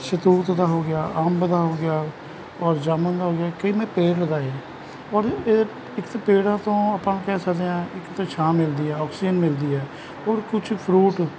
ਸ਼ਹਿਤੂਤ ਦਾ ਹੋ ਗਿਆ ਅੰਬ ਦਾ ਹੋ ਗਿਆ ਔਰ ਜਾਮਣ ਹੋ ਗਿਆ ਕਈ ਮੈਂ ਪੇੜ ਲਗਾਏ ਹੈ ਔਰ ਇਹ ਇੱਕ ਤਾਂ ਪੇੜਾਂ ਤੋਂ ਆਪਾਂ ਕਹਿ ਸਕਦੇ ਹਾਂ ਇੱਕ ਤਾਂ ਛਾਂ ਮਿਲਦੀ ਆ ਆਕਸੀਜਨ ਮਿਲਦੀ ਹੈ ਔਰ ਕੁਛ ਫਰੂਟ